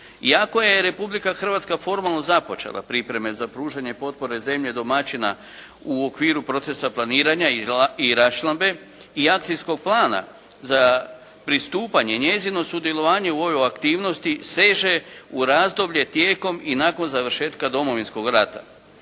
Iako je Republika Hrvatska formalno započela pripreme za pružanje potpore zemlje domaćina u okviru procesa planiranja i raščlambe i akcijskog plana za pristupanje, njezino sudjelovanje u ovoj aktivnosti seže u razdoblje tijekom i nakon završetka Domovinskog rata.